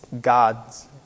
God's